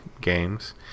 games